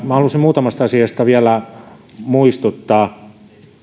minä haluaisin muutamasta asiasta vielä muistuttaa